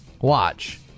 Watch